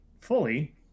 fully